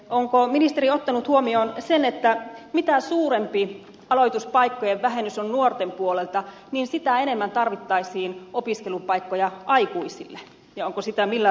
onko ministeri ottanut huomioon sen että mitä suurempi aloituspaikkojen vähennys on nuorten puolelta niin sitä enemmän tarvittaisiin opiskelupaikkoja aikuisille ja onko sitä millään tavalla budjetoitu